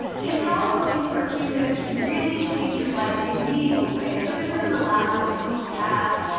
can power posing for a few minutes really change your life in meaningful ways? so this is in the lab, it's this little task,